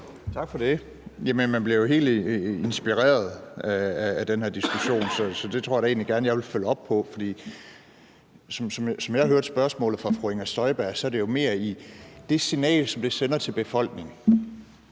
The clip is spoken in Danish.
Tak for det. Man bliver jo helt inspireret af den her diskussion, så det tror jeg da egentlig gerne at jeg vil følge op på. Som jeg hørte spørgsmålet fra fru Inger Støjberg, handler det jo mere om det signal, som det sender til befolkningen.